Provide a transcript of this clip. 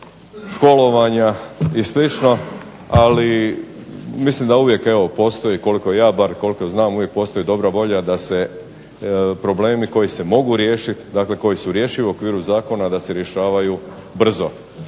školovanja i slično. Ali mislim da uvijek postoji, koliko ja bar znam, uvijek postoji dobra volja da se problemi koji se mogu riješiti, dakle koji su rješivi u okviru zakona da se rješavaju brzo.